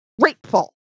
grateful